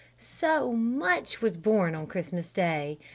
so much was born on christmas day!